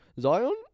Zion